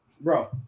bro